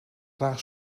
graag